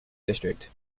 district